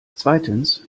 zweitens